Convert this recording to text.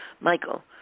Michael